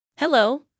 Hello